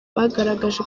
bagaragaje